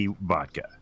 vodka